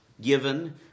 given